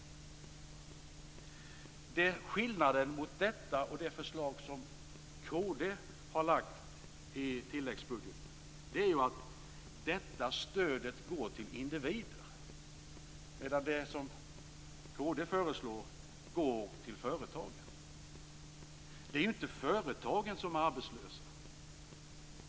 Skillnaden mellan detta förslag och det förslag som kd har lagt fram beträffande tilläggsbudgeten är att stödet enligt vårt förslag går till individerna medan det som kd föreslår går till företagen. Det är ju inte företagen som är arbetslösa.